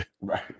Right